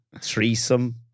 threesome